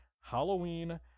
Halloween